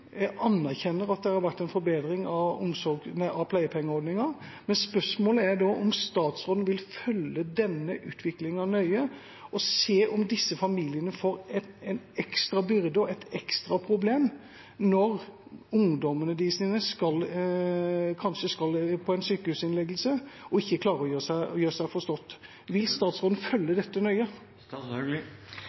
Jeg anerkjenner at det har vært en forbedring av pleiepengeordningen, men spørsmålet er om statsråden vil følge denne utviklingen nøye og se om disse familiene får en ekstra byrde og et ekstra problem når ungdommene deres kanskje skal legges inn på sykehus og ikke klarer å gjøre seg forstått. Vil statsråden følge dette